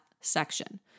section